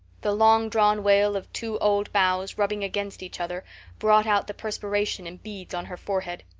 the long-drawn wail of two old boughs rubbing against each other brought out the perspiration in beads on her forehead.